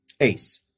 Ace